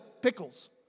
pickles